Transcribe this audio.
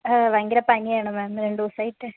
ഭയങ്കര പനിയാണ് മാം രണ്ട് ദിവസമായിട്ട്